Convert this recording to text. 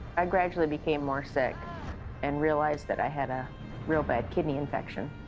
i gradually became more sick and realized that i had a real bad kidney infection.